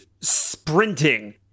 sprinting